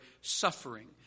suffering